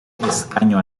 escaño